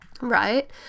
right